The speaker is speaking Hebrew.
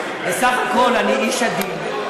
גברתי היושבת-ראש, בסך הכול אני איש עדין.